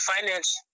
finance